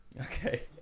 okay